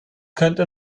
könnte